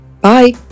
Bye